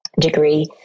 degree